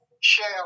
share